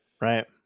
Right